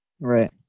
Right